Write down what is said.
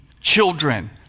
children